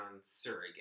surrogate